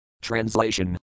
Translation